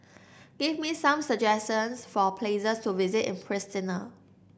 give me some suggestions for places to visit in Pristina